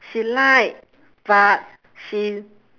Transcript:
she like but she